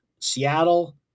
Seattle